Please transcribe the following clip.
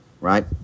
right